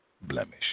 blemish